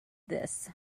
this